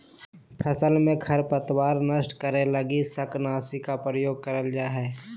फसल में खरपतवार नष्ट करे लगी शाकनाशी के प्रयोग करल जा हइ